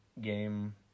game